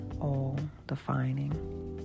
all-defining